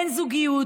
אין זוגיות,